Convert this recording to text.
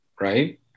Right